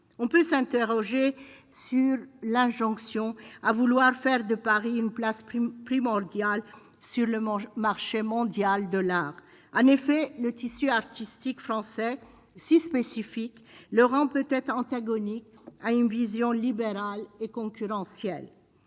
on peut s'interroger sur la jonction à vouloir faire de Paris une place prime primordial sur le manche, marché mondial de l'en effet le tissu artistique français si spécifique Laurent peut-être antagoniques Haïm vision libérale et concurrentielle